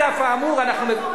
על אף האמור אנחנו,